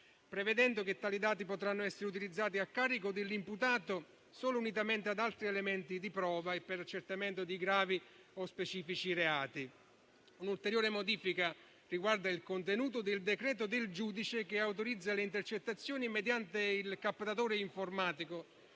prevedendo che questi potranno essere utilizzati a carico dell'imputato solo unitamente ad altri elementi di prova e per accertamento di gravi o specifici reati. Un'ulteriore modifica riguarda il contenuto del decreto del giudice che autorizza le intercettazioni mediante il captatore informatico,